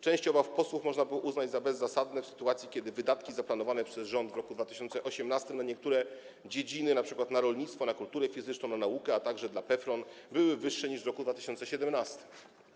Część obaw posłów można było uznać za bezzasadne w sytuacji, kiedy wydatki zaplanowane przez rząd w roku 2018 na niektóre dziedziny, np. na rolnictwo, kulturę fizyczną, naukę, a także dla PFRON są wyższe niż w roku 2017.